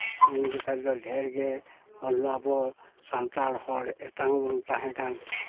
ᱩᱱ ᱡᱚᱠᱷᱚᱱ ᱫᱚ ᱰᱷᱮᱨ ᱜᱮ ᱟᱵᱚ ᱥᱟᱱᱛᱟᱲ ᱦᱚᱲ ᱮᱛᱟᱝ ᱵᱚᱱ ᱛᱟᱦᱮᱸ ᱠᱟᱱ